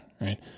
Right